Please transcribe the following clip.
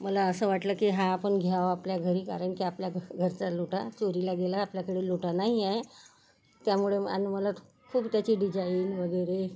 मला असं वाटलं की हा आपण घ्यावा आपल्या घरी कारण की आपल्या घ घरचा लोटा चोरीला गेला आपल्याकडे लोटा नाही आहे त्यामुळे म अन मला खु खूप त्याची डिजाईन वगेरे